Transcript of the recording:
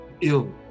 ill